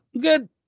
good